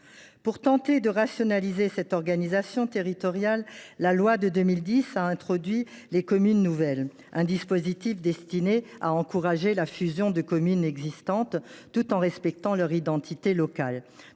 Pour tenter de rationaliser cette organisation territoriale, la loi de 2010 a introduit le dispositif des communes nouvelles, qui est destiné à encourager la fusion de communes existantes, tout en respectant leur identité locale.